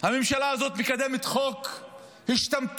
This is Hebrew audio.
הממשלה הזאת מקדמת חוק השתמטות